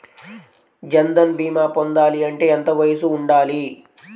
జన్ధన్ భీమా పొందాలి అంటే ఎంత వయసు ఉండాలి?